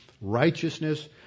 righteousness